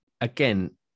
again